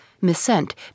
missent